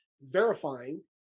verifying